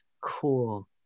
Cool